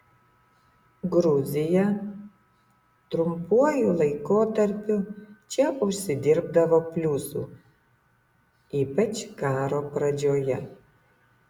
gruzija trumpuoju laikotarpiu čia užsidirbdavo pliusų ypač karo pradžioje